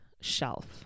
shelf